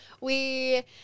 we-